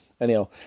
anyhow